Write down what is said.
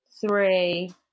three